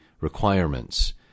requirements